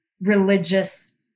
religious